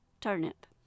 turnip